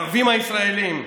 לערבים הישראלים,